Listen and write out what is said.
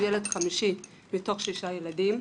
הוא ילד חמישי מתוך שישה ילדים.